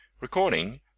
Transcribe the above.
Recording